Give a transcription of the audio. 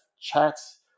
chats